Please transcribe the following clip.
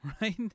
right